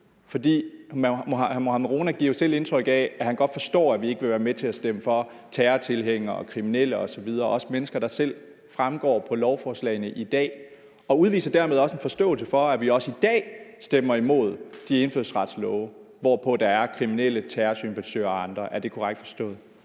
For hr. Mohammad Rona giver jo selv indtryk af, at han godt forstår, at vi ikke ville være med til at stemme for terrortilhængere, kriminelle osv., også mennesker, der fremgår på lovforslagene selv i dag, og udviser dermed også en forståelse for, at vi også i dag stemmer imod de indfødsretslovforslag, hvorpå der er kriminelle, terrorsympatisører og andre. Er det korrekt forstået?